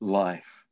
life